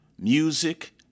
music